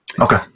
Okay